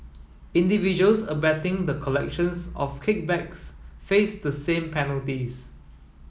individuals abetting the collections of kickbacks face the same penalties